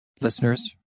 listeners